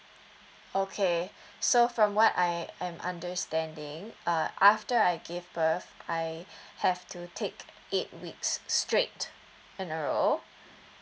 okay so from what I I'm understanding uh after I give birth I have to take eight weeks straight in a row